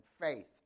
faith